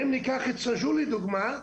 אם ניקח את סאג'ור, לדוגמה,